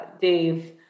Dave